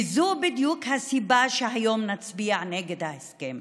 וזו בדיוק הסיבה שהיום נצביע נגד ההסכם.